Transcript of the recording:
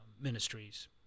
ministries